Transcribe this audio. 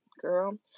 Girl